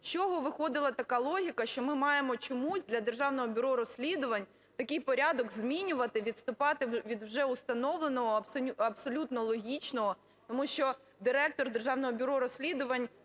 з чого виходила така логіка, що ми маємо чомусь для Державного бюро розслідувань такий порядок змінювати, відступати від вже установленого, абсолютно логічного? Тому що директор Державного бюро розслідувань,